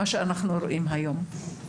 כמו שאנחנו רואים היום.